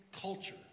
culture